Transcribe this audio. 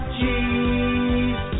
Cheese